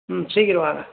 ம் சீக்கிரம் வாங்க